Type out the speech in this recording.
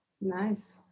Nice